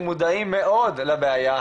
אנחנו מודעים מאוד לבעיה,